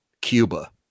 Cuba